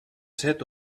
set